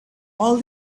all